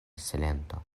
silento